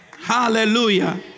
Hallelujah